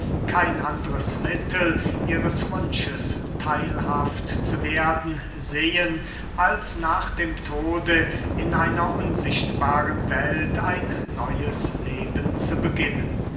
kein andres mittel ihres wunsches theilhaft zu werden sehen als nach dem tode in einer unsichtbaren welt ein neues leben zu beginnen